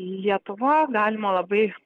lietuva galima labai